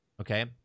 Okay